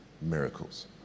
miracles